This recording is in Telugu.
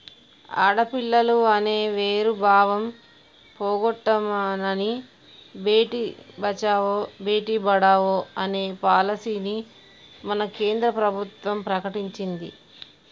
ఆడపిల్లలు అనే వేరు భావం పోగొట్టనని భేటీ బచావో బేటి పడావో అనే పాలసీని మన కేంద్ర ప్రభుత్వం ప్రకటించింది